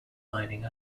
mining